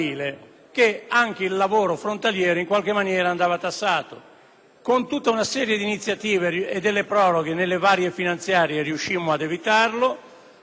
Con tutta una seria di iniziative ed alcune proroghe, nelle varie finanziarie riuscimmo ad evitarlo; dopo di che, con altre iniziative, facemmo in modo che